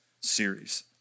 series